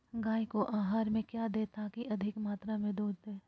गाय को आहार में क्या दे ताकि अधिक मात्रा मे दूध दे?